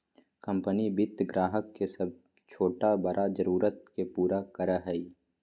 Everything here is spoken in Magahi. कंपनी वित्त ग्राहक के सब छोटा बड़ा जरुरत के पूरा करय हइ